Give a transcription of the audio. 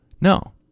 no